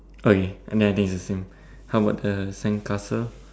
okay then I think is the same how about the sandcastle